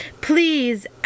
Please